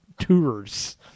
tours